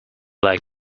like